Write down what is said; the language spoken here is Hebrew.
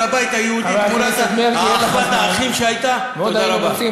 זה היה המבחן הכי גדול למשילות.